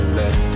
let